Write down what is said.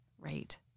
Right